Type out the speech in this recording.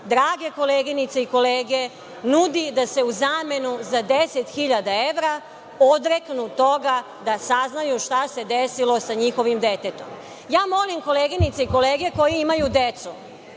drage koleginice i kolege, nudi da se u zamenu za 10.000 evra odreknu toga da saznaju šta se desilo sa njihovim detetom. Ja molim koleginice i kolege koji imaju decu